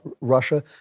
Russia